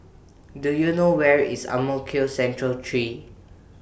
Do YOU know Where IS Ang Mo Kio Central three